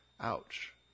Ouch